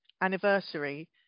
anniversary